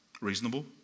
reasonable